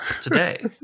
today